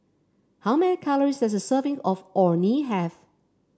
how many calories does a serving of Orh Nee have